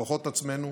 בכוחות עצמנו,